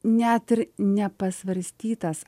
net ir nepasvarstytas